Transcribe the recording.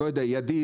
ידית,